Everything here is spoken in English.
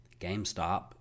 GameStop